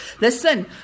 Listen